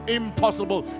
impossible